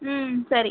ம் சரி